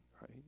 Right